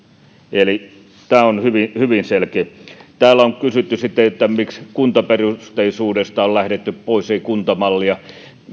eli tämä on hyvin hyvin selkeätä täällä on kysytty sitten miksi kuntaperusteisuudesta on lähdetty pois miksi ei kuntamallia